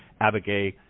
Abigail